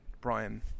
Brian